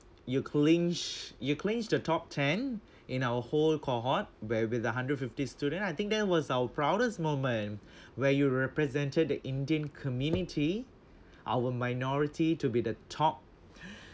you clinch you clinch the top ten in our whole cohort where with a one hundred fifty student I think that was our proudest moment where you represented the indian community our minority to be the top